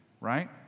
right